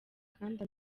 kandi